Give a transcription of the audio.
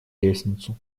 лестницу